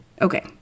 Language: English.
Okay